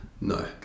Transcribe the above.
No